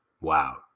wow